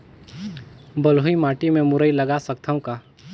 बलुही माटी मे मुरई लगा सकथव का?